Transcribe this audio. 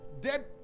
Dead